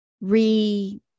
re-